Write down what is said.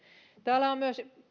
täällä on